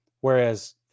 Whereas